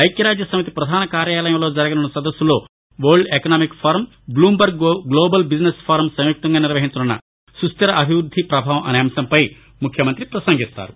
ఐక్యరాజ్యసమితి ప్రధాన కార్యాలయంలో జరగనున్న సదస్సులో world economic forum bloomberg global business forum సంయుక్తంగా నిర్వహించనున్న సుస్టిర అభివృద్ధి ప్రభావం అనే అంశం పై ముఖ్యమంత్రి ప్రపసంగిస్తారు